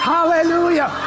Hallelujah